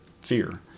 fear